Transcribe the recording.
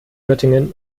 göttingen